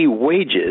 wages